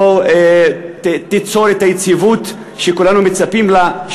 הצעת החוק לא תיצור את היציבות שכולנו מצפים לה,